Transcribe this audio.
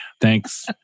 thanks